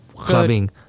clubbing